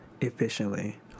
efficiently